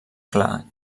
clar